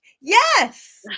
yes